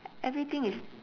everything is